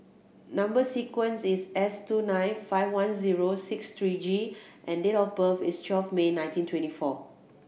number sequence is S two nine five one zero six three G and date of birth is twelve May nineteen twenty four